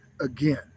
again